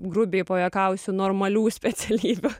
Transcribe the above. grubiai pajuokausiu normalių specialybių